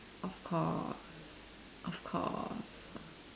of course of course